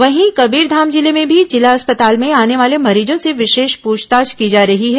वहीं कबीरधाम जिले में भी जिला अस्पताल में ैआने वाले मरीजों से विशेष प्रछताछ की जा रही है